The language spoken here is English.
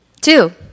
Two